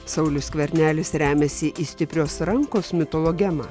saulius skvernelis remiasi į stiprios rankos mitologemą